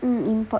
mmhmm import